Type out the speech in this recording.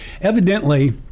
evidently